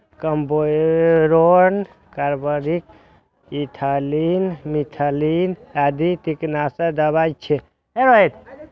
carbofuran, carbaryl, ethylene, methylene आदि कीटनाशक दवा छियै